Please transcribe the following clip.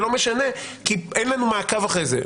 זה לא משנה כי אין לנו מעקב אחרי זה.